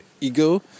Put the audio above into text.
Ego